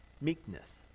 meekness